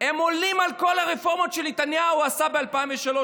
עולות על כל הרפורמות שנתניהו עשה ב-2003,